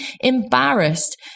embarrassed